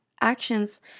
actions